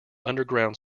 underground